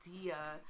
idea